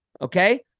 Okay